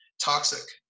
toxic